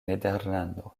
nederlando